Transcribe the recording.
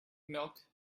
milk